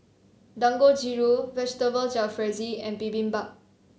Dangojiru Vegetable Jalfrezi and Bibimbap